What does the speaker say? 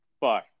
Bye